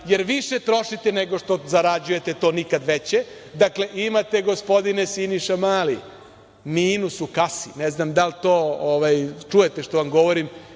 jer više trošite nego što zarađujete, to nikad veće. Dakle, imate, gospodine Siniša Mali, minus u kasi, ne znam da li to čujete šta vam govorim